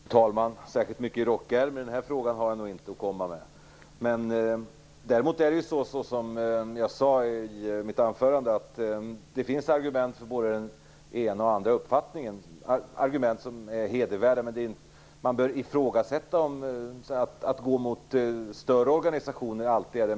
Fru talman! I den här frågan har jag nog inte särskilt mycket i rockärmen att komma med. Som jag sade i mitt anförande finns det hedervärda argument för både ena och andra uppfattningen. Men man bör ifrågasätta om det alltid är den bästa lösningen att skapa större organisationer.